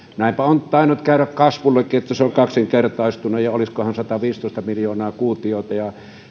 näinpä on tainnut käydä kasvullekin että se on kaksinkertaistunut olisikohan se sataviisitoista miljoonaa kuutiota ja